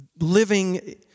living